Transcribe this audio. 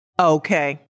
Okay